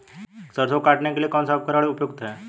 सरसों को काटने के लिये कौन सा उपकरण उपयुक्त है?